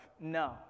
No